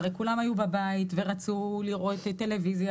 הרי כולם היו בבית ורצו לראות טלוויזיה